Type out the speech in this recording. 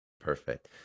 Perfect